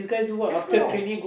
there's no